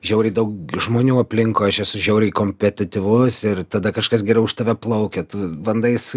žiauriai daug žmonių aplinkui aš esu žiauriai kompetetyvus ir tada kažkas geriau už tave plaukia tu bandai su